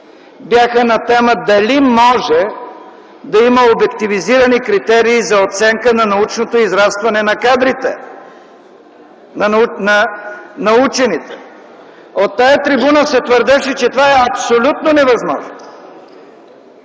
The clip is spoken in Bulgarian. бяха на тема: „Дали може да има обективизирани критерии за оценка на научното израстване на кадрите, на учените?”. От тая трибуна се твърдеше, че това е абсолютно невъзможно